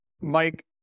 Mike